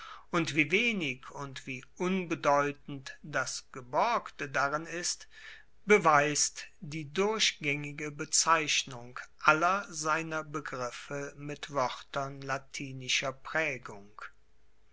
und wie wenig und wie unbedeutend das geborgte darin ist beweist die durchgaengige bezeichnung aller seiner begriffe mit woertern latinischer praegung